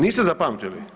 Niste zapamtili?